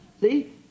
See